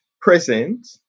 present